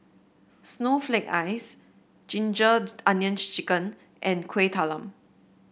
Snowflake Ice Ginger Onions chicken and Kueh Talam